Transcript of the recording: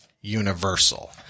universal